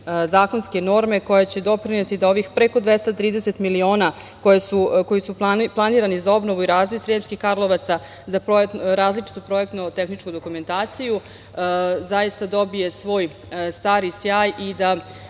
zakonske norme koje će doprineti da ovih preko 230 miliona, koji su planirani za obnovu i razvoj Sremskih Karlovaca, za različitu projektno-tehničku dokumentaciju, zaista dobije svoj stari sjaj i da